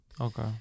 Okay